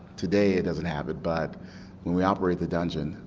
today it doesn't have it, but when we operate the dungeon,